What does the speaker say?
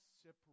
separate